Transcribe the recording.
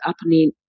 happening